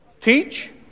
teach